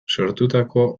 sortutako